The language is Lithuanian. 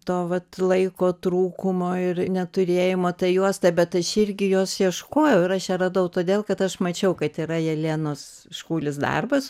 to vat laiko trūkumo ir neturėjimo ta juosta bet aš irgi jos ieškojau ir aš ją radau todėl kad aš mačiau kad yra jelenos škulis darbas